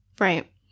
Right